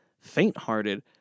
faint-hearted